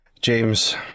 James